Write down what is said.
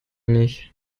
nicht